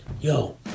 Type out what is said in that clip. yo